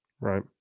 right